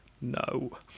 No